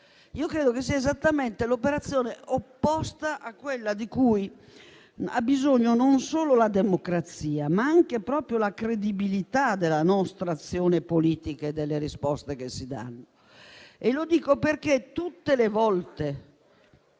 Credo che sia l'operazione esattamente opposta a quella di cui ha bisogno non solo la democrazia, ma anche proprio la credibilità della nostra azione politica e delle risposte che si danno. E lo dico perché tutte le volte